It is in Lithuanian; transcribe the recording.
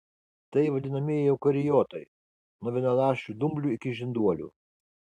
tai vadinamieji eukariotai nuo vienaląsčių dumblių iki žinduolių